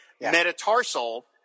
metatarsal